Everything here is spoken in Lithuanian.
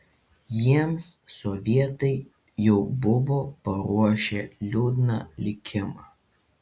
jiems sovietai jau buvo paruošę liūdną likimą